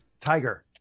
Tiger